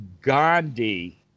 Gandhi